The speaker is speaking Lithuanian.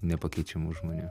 nepakeičiamų žmonių